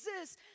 Jesus